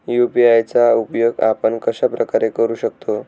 UPI चा उपयोग आपण कशाप्रकारे करु शकतो?